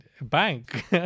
bank